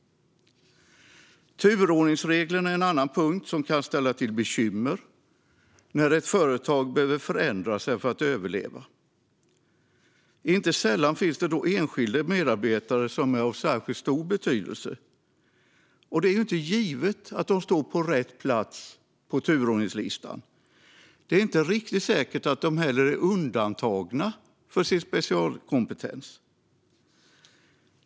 Turordningsreglerna är en annan punkt som kan ställa till bekymmer när ett företag behöver förändra sig för att överleva. Inte sällan finns det då enskilda medarbetare som är av särskilt stor betydelse, och det är inte givet att de står på rätt plats på turordningslistan. Det är heller inte riktigt säkert att de är undantagna på grund av sin specialkompetens.